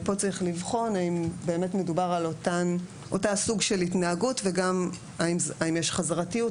פה צריך לבחון האם באמת מדובר על אותו סוג התנהגות והאם יש חזרתיות,